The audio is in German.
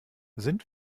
sind